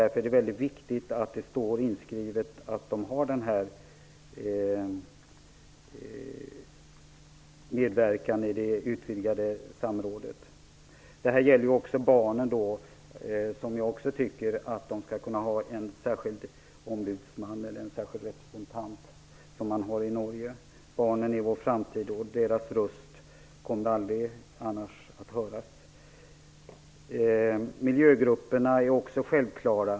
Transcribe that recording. Därför är det väldigt viktigt att det står inskrivet att de kan medverka i det utvidgade samrådet. Det här gäller också barnen, som jag tycker skall kunna ha en särskild representant, som man har i Norge. Barnen är vår framtid, och deras röst kommer annars aldrig att höras. Miljögrupperna är också självklara.